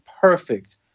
perfect